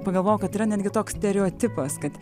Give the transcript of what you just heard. pagalvojau kad yra netgi toks stereotipas kad